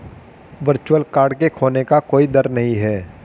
virtual card के खोने का कोई दर नहीं है